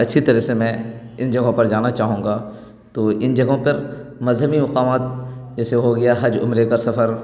اچھی طرح سے میں ان جگہوں پر جانا چاہوں گا تو ان جگہوں پر مذہبی مقامات جیسے ہو گیا حج عمرہ کا سفر